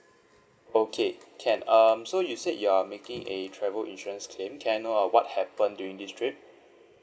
okay can um so you said you are making a travel insurance claim can I know uh what happened during this trip